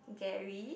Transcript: Gary